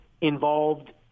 involved